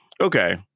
okay